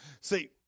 See